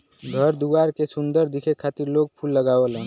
घर दुआर के सुंदर दिखे खातिर लोग फूल लगावलन